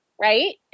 Right